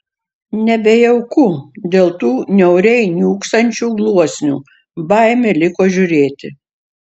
nebejauku dėl tų niauriai niūksančių gluosnių baimė liko žiūrėti